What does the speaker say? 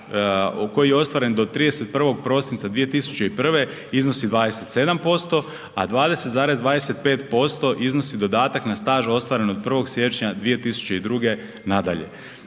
koji je ostvaren do 31. prosinca 2001. iznosi 27%, a 20,25% iznosi dodatak na staž ostvaren od 1. siječnja 2002. nadalje.